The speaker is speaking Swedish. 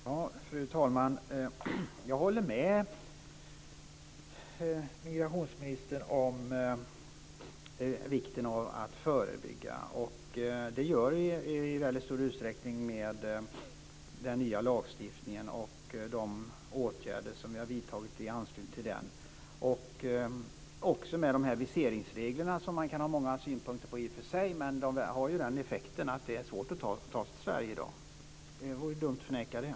Fru talman! Jag håller med migrationsministern om vikten av att förebygga. Det gör vi i väldigt stor utsträckning med den nya lagstiftningen och de åtgärder som vi har vidtagit i anslutning till den och också med de viseringsregler som man i och för sig kan ha många synpunkter på men som har haft den effekten att det i dag är svårt att ta sig till Sverige. Det vore dumt att förneka det.